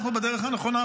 אנחנו בדרך הנכונה,